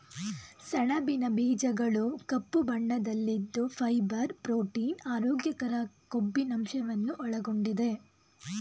ಸಣಬಿನ ಬೀಜಗಳು ಕಪ್ಪು ಬಣ್ಣದಲ್ಲಿದ್ದು ಫೈಬರ್, ಪ್ರೋಟೀನ್, ಆರೋಗ್ಯಕರ ಕೊಬ್ಬಿನಂಶವನ್ನು ಒಳಗೊಂಡಿದೆ